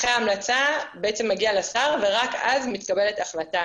אחרי ההמלצה בעצם מגיע לשר ורק אז מתקבלת החלטה.